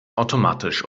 automatisch